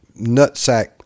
nutsack